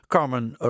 Carmen